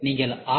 நீங்கள் ஆர்